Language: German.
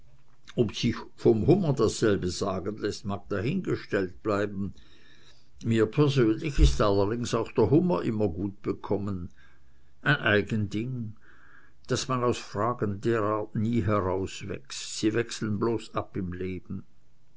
ob sich vom hummer dasselbe sagen läßt mag dahingestellt bleiben mir persönlich ist allerdings auch der hummer immer gut bekommen ein eigen ding daß man aus fragen der art nie herauswächst sie wechseln bloß ab im leben